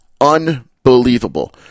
unbelievable